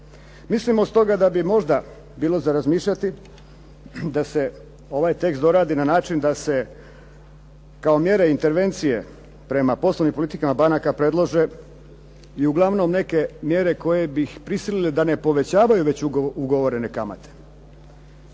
Mislimo stoga da bi možda bilo za razmišljati da se ovaj tekst doradi na način da se kao mjere intervencije prema poslovnim politikama banaka predlože i uglavnom neke mjere koje bi ih prisilile da ne povećavaju već ugovorene kamate,